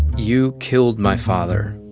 you killed my father.